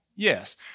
Yes